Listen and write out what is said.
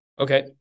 Okay